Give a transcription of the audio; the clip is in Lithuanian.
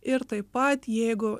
ir taip pat jeigu